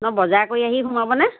ন বজাৰ কৰি আহি সোমাবনে